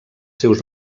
seus